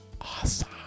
awesome